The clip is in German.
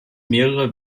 mehrere